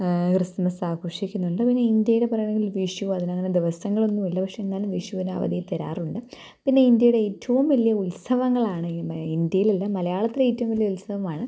ക്രിസ്മസാഘോഷിക്കുന്നുണ്ട് പിന്നെ ഇന്ത്യയിൽ പറയാണെങ്കിൽ വിഷു അതിനങ്ങനെ ദിവസങ്ങളൊന്നുമില്ല പക്ഷേ എന്നാലും വിഷുവിനവധി തരാറുണ്ട് പിന്നെ ഇന്ത്യയുടെ ഏറ്റവും വലിയ ഉത്സവങ്ങളാണ് ഈ മ ഇന്ത്യയിലല്ല മലയാളത്തിലെ ഏറ്റവും വലിയ ഉത്സവമാണ്